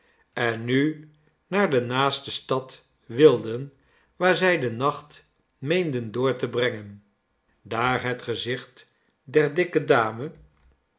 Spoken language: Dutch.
en nu naar de naaste stad wilden waar zij den nacht meenden door te brengen daar het gezicht der dikke dame